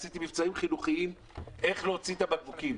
עשיתי מבצעים חינוכיים איך להוציא את הבקבוקים,